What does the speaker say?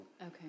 Okay